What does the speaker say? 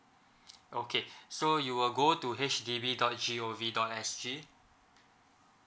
okay so you will go to H D B dot g o v dot s g